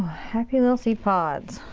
happy little seed pods.